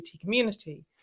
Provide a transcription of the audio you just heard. community